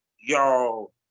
y'all